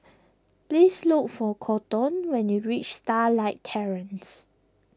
please look for Kolton when you reach Starlight Terrace